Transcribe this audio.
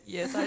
Yes